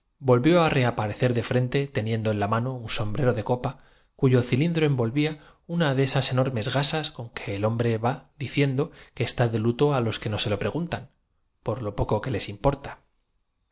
volvió á reaparecer de frente teniendo en blantes el doctor dejó escapar una sonrisa de triunfo la mano un sombrero de copa cuyo cilindro envolvía heraldo de su convicción y remondándose el pecho una de esas enormes gasas con que el hombre va di continuó así ciendo que está de luto á los que no se lo preguntan por lo poco que les importa